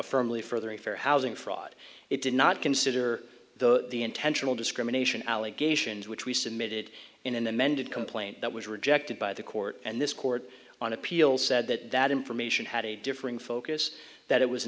firmly furthering fair housing fraud it did not consider the intentional discrimination allegations which we submitted in an amended complaint that was rejected by the court and this court on appeal said that that information had a differing focus that it was